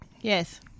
Yes